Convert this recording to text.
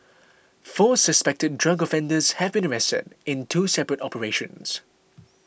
four suspected drug offenders have been arrested in two separate operations